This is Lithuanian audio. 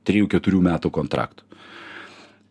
trijų keturių metų kontrakto